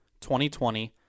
2020